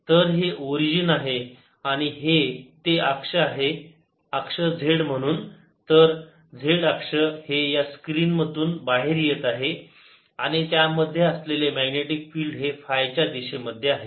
तर हे ओरिजिन आहे आणि हे ते अक्ष आहे अक्ष z म्हणून तर z अक्ष हे या स्क्रीन मधून बाहेर येत आहे आणि त्यामध्ये असलेले मॅग्नेटिक फिल्ड हे फाय दिशेमध्ये आहे